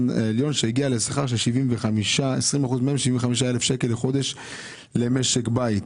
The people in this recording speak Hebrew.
העליון שהגיע לשכר של 75 אלף שקלים לחודש למשק בית".